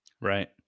Right